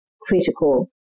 critical